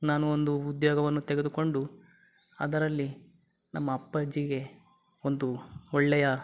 ನಾನು ಒಂದು ಉದ್ಯೋಗವನ್ನು ತೆಗೆದುಕೊಂಡು ಅದರಲ್ಲಿ ನಮ್ಮ ಅಪ್ಪಾಜಿಗೆ ಒಂದು ಒಳ್ಳೆಯ